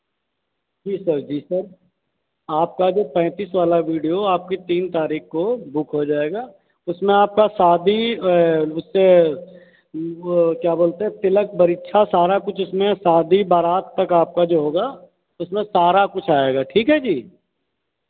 जी sir जी sir आपका जो पैंतिस वाला वीडियो आपकी तीन तारीख को बुक हो जाएगा उसमें आपका शादी उससे क्या बोलते हैं तिलक वरीक्षा सारा कुछ उसमें शादी बारात तक आपका जो होगा उसमें सारा कुछ आएगा ठीक है जी